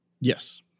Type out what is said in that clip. Yes